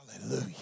Hallelujah